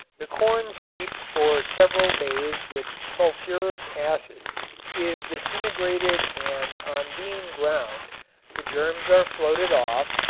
the corn steeped for several days with sulfurous acid is disintegrated and on being ground the germs are floated off,